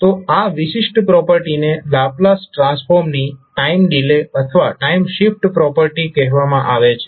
તો આ વિશિષ્ટ પ્રોપર્ટીને લાપ્લાસ ટ્રાન્સફોર્મની ટાઈમ ડીલે અથવા ટાઈમ શિફ્ટ પ્રોપર્ટી કહેવામાં આવે છે